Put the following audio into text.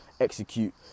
execute